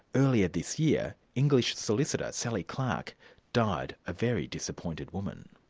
earlier this year, english solicitor sally clark died a very disappointed woman.